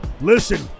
Listen